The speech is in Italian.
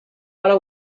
alla